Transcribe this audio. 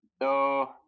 No